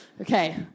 Okay